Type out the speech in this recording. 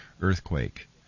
earthquake